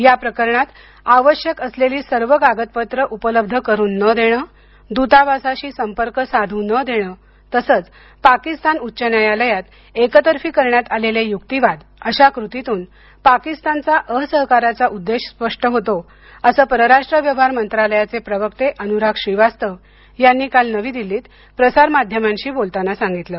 या प्रकरणात आवश्यक असलेली सर्व कागदपत्रे उपलब्ध करून न देणे द्रतावासाशी संपर्क साध् न देणे तसंच पाकिस्तान उच्च न्यायालयात एकतर्फी करण्यात आलेले युक्तिवाद अशा कृतींतून पाकिस्तानचा असहकाराचा उद्देश स्पष्ट होतो असं परराष्ट्र व्यवहार मंत्रालयाचे प्रवक्ते अनुराग श्रीवास्तव यांनी काल नवी दिल्लीत प्रसार माध्यमांशी बोलताना सांगितलं